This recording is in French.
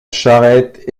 charrette